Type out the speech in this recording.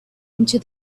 into